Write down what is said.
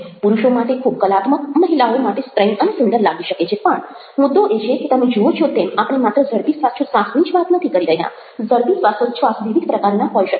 પુરુષો માટે ખૂબ કલાત્મક મહિલાઓઓ માટે સ્ત્રૈણ અને સુંદર લાગી શકે છે પણ મુદ્દો એ છે કે તમે જુઓ છો તેમ આપણે માત્ર ઝડપી શ્વાસોચ્છવાસની જ વાત નથી કરી રહ્યા ઝડપી શ્વાસોચ્છવાસ વિવિધ પ્રકારના હોઈ શકે છે